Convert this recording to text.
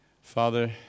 Father